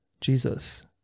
Jesus